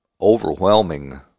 overwhelming